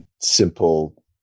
simple